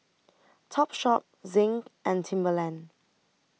Topshop Zinc and Timberland